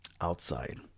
outside